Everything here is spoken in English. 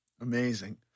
Amazing